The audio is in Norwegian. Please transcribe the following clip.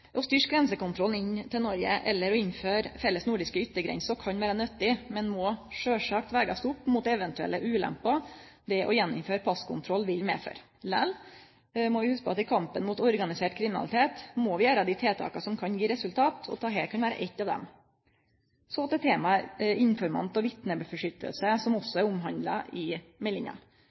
Å styrkje grensekontrollen inn til Noreg eller å innføre felles nordiske yttergrenser kan vere nyttig, men må sjølvsagt vegast opp mot eventuelle ulemper det å gjeninnføre passkontroll vil medføre. Likevel må ein hugse på at i kampen mot organisert kriminalitet må vi gjere dei tiltaka som kan gje resultat. Dette kan vere eitt av dei. Så til temaet informant og vitnebeskyttelse, som også er omhandla i meldinga.